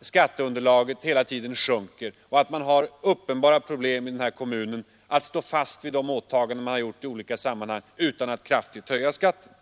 Skatteunderlaget sjunker hela tiden och man har uppenbara problem i Stockholm att stå fast vid de åtaganden som har gjorts utan att kraftigt höja skatten.